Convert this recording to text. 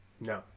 No